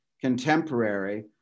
contemporary